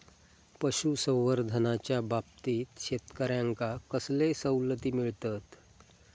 पशुसंवर्धनाच्याबाबतीत शेतकऱ्यांका कसले सवलती मिळतत?